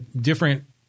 different